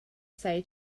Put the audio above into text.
say